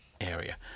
area